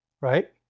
right